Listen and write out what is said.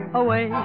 away